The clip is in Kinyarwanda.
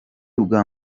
bwa